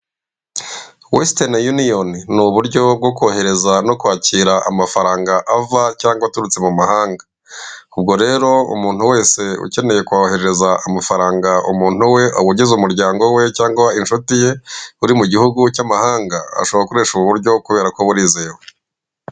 Wesiteni yuniyoni, ni uburyo bwo kohereza no kwakira amafaranga ava cyangwa aturutse mu mahanga, ubwo rero umuntu wese ukeneye kohererereza amafaranga umuntu we ugize umuryango we cyangwa inshuti ye uri mu gihugu cy'amahanga ashobora gukoresha ubu buryo kubera ko burizewe.